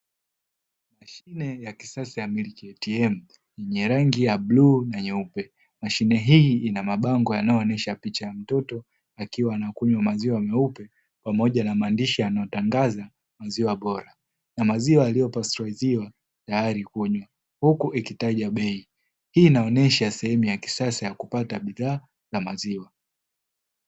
Mashine ya kisasa ya "MILK ATM" yenye rangi ya bluu na nyeupe mashine hii ina mabango yanayoonyesha picha ya mtoto akiwa anakunywa maziwa meupe; pamoja na maandishi yanatangaza maziwa bora ni maziwa yaliyohifadhiwa tayari kunywa, huku ikitajwa bei hii inaonyesha sehemu ya kisasa ya kupata bidhaa za maziwa.